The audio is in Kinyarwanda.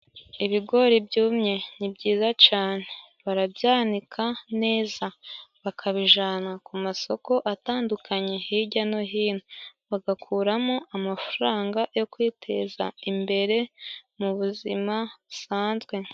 Ibigori byumye nibyiza cane barabyanika neza bakabijana ku masoko atandukanye hirya no hino bagakuramo amafaranga yo kwiteza imbere mu buzima busanzwe.